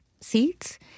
seeds